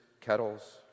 kettles